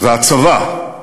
והצבא,